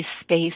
space